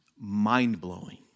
Mind-blowing